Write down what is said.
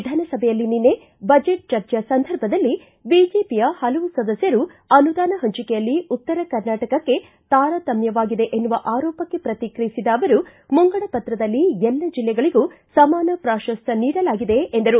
ವಿಧಾನ ಸಭೆಯಲ್ಲಿ ನಿನ್ನೆ ಬಜೆಟ್ ಚರ್ಜೆಯ ಸಂದರ್ಭದಲ್ಲಿ ಬಿಜೆಪಿಯ ಪಲವು ಸದಸ್ಯರು ಅನುದಾನ ಪಂಚಿಕೆಯಲ್ಲಿ ಉತ್ತರ ಕರ್ನಾಟಕಕ್ಕೆ ತಾರತಮ್ಯವಾಗಿದೆ ಎನ್ನುವ ಆರೋಪಕ್ಕೆ ಪ್ರತಿಕ್ರಿಯಿಸಿದ ಅವರು ಮುಂಗಡ ಪತ್ರದಲ್ಲಿ ಎಲ್ಲ ಜಿಲ್ಲೆಗಳಿಗೂ ಸಮಾನ ಪ್ರಾಶಸ್ತ್ಯ ನೀಡಲಾಗಿದೆ ಎಂದರು